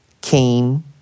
came